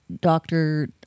doctor